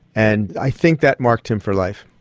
and i think that marked him for life.